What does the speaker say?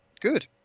Good